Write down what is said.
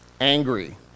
angry